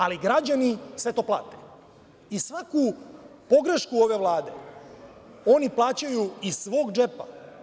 Ali, građani sve to plate, i svaku pogrešku ove Vlade oni plaćaju iz svog džepa.